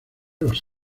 los